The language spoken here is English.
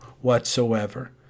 whatsoever